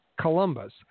Columbus